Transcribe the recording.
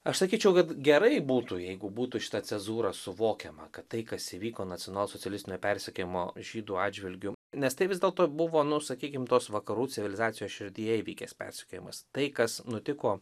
aš sakyčiau kad gerai būtų jeigu būtų šita cezūra suvokiama kad tai kas įvyko nacionalsocialistinio persekiojimo žydų atžvilgiu nes tai vis dėlto buvo nu sakykim tos vakarų civilizacijos širdyje įvykęs persekiojimas tai kas nutiko